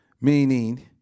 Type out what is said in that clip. meaning